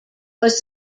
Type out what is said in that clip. was